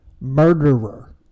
Murderer